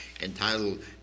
entitled